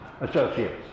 Associates